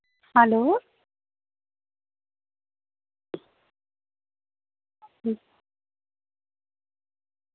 hello